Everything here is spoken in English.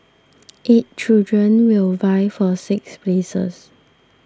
eight children will vie for six places